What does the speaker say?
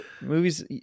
movies